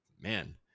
man